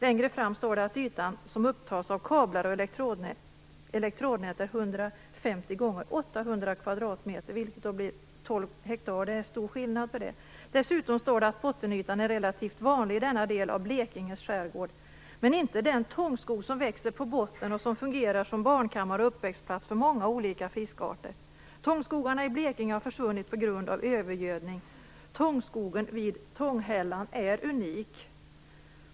Längre fram står det att ytan som upptas av kablar och elektrodnät är 150x800 m2, vilket blir 12 ha. Det är stor skillnad. Dessutom står det att bottenytan är relativt vanlig i denna del av Blekinges skärgård. Men inte den tångskog som växer på botten och som fungerar som barnkammare och uppväxtplats för många olika fiskarter. Tångskogarna i Blekinge har försvunnit på grund av övergödning. Tångskogen vid Tånghällan är unik.